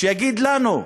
שיגיד לנו,